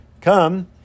come